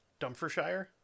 Dumfrieshire